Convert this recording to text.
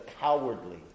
cowardly